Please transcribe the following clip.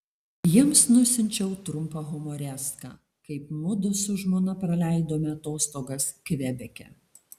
jiems nusiunčiau trumpą humoreską kaip mudu su žmona praleidome atostogas kvebeke